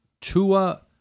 Tua